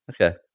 Okay